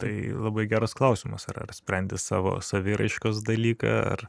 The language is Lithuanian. tai labai geras klausimas ar ar sprendi savo saviraiškos dalyką ar